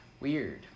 weird